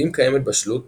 ואם קיימת בשלות